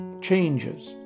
changes